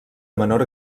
menor